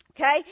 Okay